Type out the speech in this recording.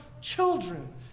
children